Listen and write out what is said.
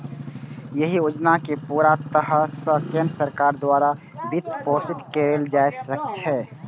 एहि योजना कें पूरा तरह सं केंद्र सरकार द्वारा वित्तपोषित कैल जाइ छै